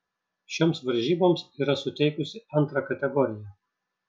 šioms varžyboms yra suteikusi antrą kategoriją